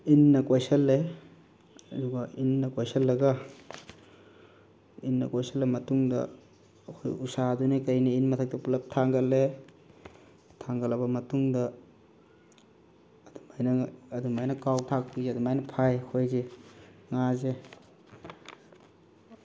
ꯏꯟꯅ ꯀꯣꯏꯁꯤꯟꯂꯦ ꯑꯗꯨꯒ ꯏꯟꯅ ꯀꯣꯏꯁꯤꯟꯂꯒ ꯏꯟꯅ ꯀꯣꯁꯤꯟꯂ ꯃꯇꯨꯡꯗ ꯑꯩꯈꯣꯏ ꯎꯁꯥꯗꯨꯅꯦ ꯀꯩꯅꯦ ꯏꯟ ꯃꯊꯛꯇ ꯄꯨꯟꯂꯞ ꯊꯥꯡꯒꯠꯂꯦ ꯊꯥꯡꯒꯠꯂꯕ ꯃꯇꯨꯡꯗ ꯑꯗꯨꯃꯥꯏꯅ ꯑꯗꯨꯃꯥꯏꯅ ꯀꯥꯎ ꯊꯥꯛꯄꯤ ꯑꯗꯨꯃꯥꯏꯅ ꯐꯥꯏ ꯑꯩꯈꯣꯏꯁꯦ ꯉꯥꯁꯦ